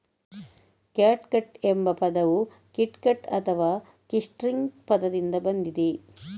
catgut ಎಂಬ ಪದವು kitgut ಅಥವಾ ಕಿಟ್ಸ್ಟ್ರಿಂಗ್ ಪದದಿಂದ ಬಂದಿದೆ